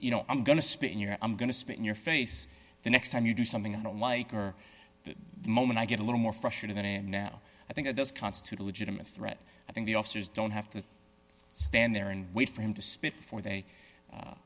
you know i'm going to spit in your i'm going to spit in your face the next time you do something i don't like or the moment i get a little more frustrated than i am now i think it does constitute a legitimate threat i think the officers don't have to stand there and wait for him to spit before they u